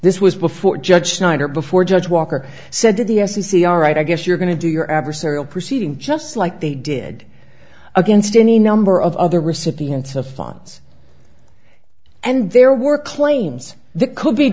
this was before judge snyder before judge walker said that the f c c are right i guess you're going to do your adversarial proceeding just like they did against any number of other recipients of funds and there were claims the could be